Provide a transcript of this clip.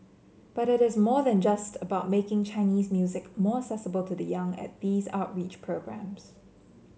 but it is more than just about making Chinese music more accessible to the young at these outreach programmes